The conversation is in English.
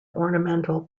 ornamental